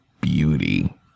beauty